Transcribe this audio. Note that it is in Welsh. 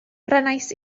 prynais